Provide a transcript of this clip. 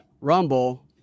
Rumble